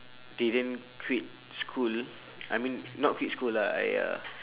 didn't quit school I mean not quit school lah !aiya!